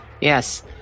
Yes